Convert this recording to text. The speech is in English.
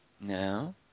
No